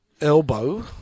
elbow